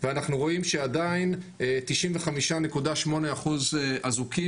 ואנחנו רואים שעדיין 95.8% אזוקים.